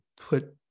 put